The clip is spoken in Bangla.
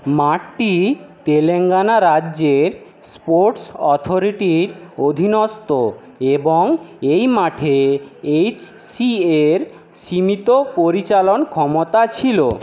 মাঠটি তেলেঙ্গানা রাজ্যের স্পোর্টস অথোরিটির অধীনস্ত এবং এই মাঠে এইচ সি এর সীমিত পরিচালন ক্ষমতা ছিলো